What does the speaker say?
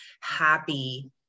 happy